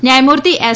ન્યાયમૂર્તિ એસ